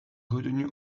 retenus